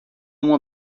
uma